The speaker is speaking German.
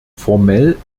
formell